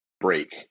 break